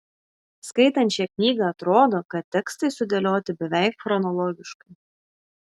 skaitant šią knygą atrodo kad tekstai sudėlioti beveik chronologiškai